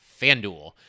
FanDuel